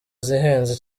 zihenze